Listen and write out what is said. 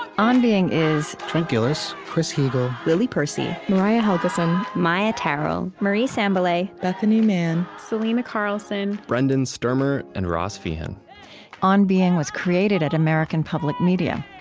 on being is trent gilliss, chris heagle, lily percy, mariah helgeson, maia tarrell, marie sambilay, bethanie mann, selena carlson, brendan stermer, and ross feehan on being was created at american public media.